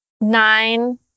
Nine